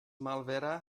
malvera